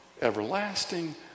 everlasting